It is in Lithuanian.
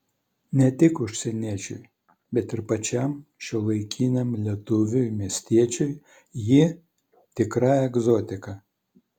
ne tik užsieniečiui bet ir pačiam šiuolaikiniam lietuviui miestiečiui ji tikra egzotika